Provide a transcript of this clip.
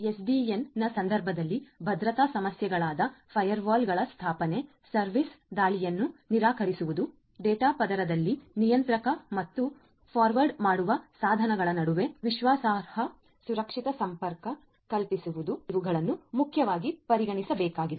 ಎಸ್ಡಿಎನ್ನ ಸಂದರ್ಭದಲ್ಲಿ ಭದ್ರತಾ ಸಮಸ್ಯೆಗಳಾದ ಫೈರ್ವಾಲ್ಗಳ ಸ್ಥಾಪನೆ ಸರ್ವಿಸ್ ದಾಳಿಯನ್ನು ನಿರಾಕರಿಸುವುದು ಡೇಟಾ ಪದರದಲ್ಲಿ ನಿಯಂತ್ರಕ ಮತ್ತು ಫಾರ್ವರ್ಡ್ ಮಾಡುವ ಸಾಧನಗಳ ನಡುವೆ ವಿಶ್ವಾಸಾರ್ಹ ಸುರಕ್ಷಿತ ಸಂಪರ್ಕ ಕಲ್ಪಿಸುವುದು ಇವುಗಳನ್ನುಮುಖ್ಯವಾಗಿ ಪರಿಗಣಿಸಬೇಕಾಗಿದೆ